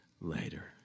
later